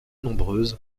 nombreuse